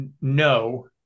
No